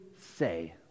say